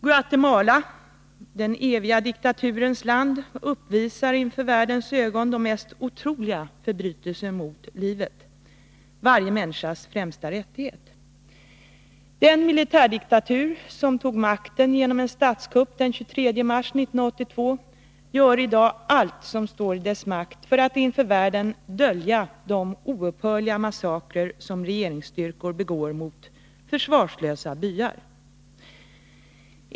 Guatemala, ”den eviga diktaturens land”, uppvisar inför världens ögon de mest otroliga förbrytelser mot livet — varje människas främsta rättighet. Den militärdiktatur som tog makten genom en statskupp den 23 mars 1982 gör i dag allt som står i dess makt för att inför världen dölja de oupphörliga massakrer som regeringsstyrkor begår mot försvarslösa byar.